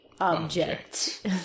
object